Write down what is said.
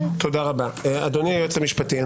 אדוני היועץ המשפטי,